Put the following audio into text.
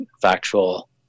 factual